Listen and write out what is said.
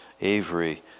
Avery